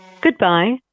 Goodbye